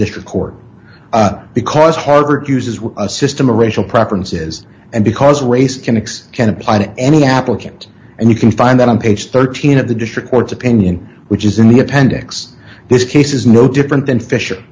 district court because harvard uses with a system of racial preferences and because race can x can apply to any applicant and you can find that on page thirteen of the district court's opinion which is in the appendix this case is no different than fisher